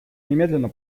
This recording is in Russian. немедленно